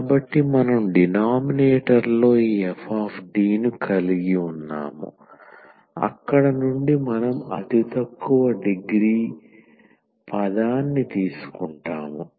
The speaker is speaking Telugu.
కాబట్టి మనం డినామినేటర్లో ఈ f ను కలిగి ఉన్నాము అక్కడ నుండి మనం అతి తక్కువ డిగ్రీ పదాన్ని తీసుకుంటాము